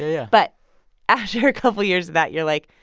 yeah but after a couple of years that, you're like,